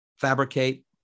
fabricate